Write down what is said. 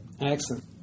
Excellent